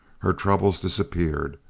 her troubles disappeared.